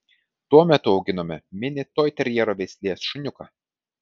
tuo metu auginome mini toiterjero veislės šuniuką